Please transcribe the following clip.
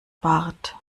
bart